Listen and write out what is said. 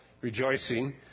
rejoicing